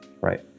right